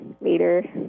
later